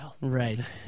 right